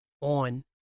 on